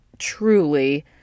truly